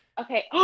Okay